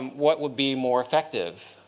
um what would be more effective?